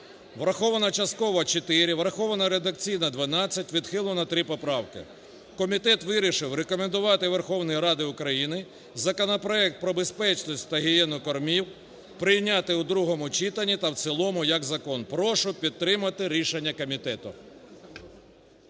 враховано частково чотири, враховано редакційно 12, відхилено три поправки. Комітет вирішив рекомендувати Верховній Раді України законопроект про безпечність та гігієну кормів, прийняти у другому читанні та в цілому як закон. Прошу підтримати рішення комітету.